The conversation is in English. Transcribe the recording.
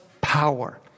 power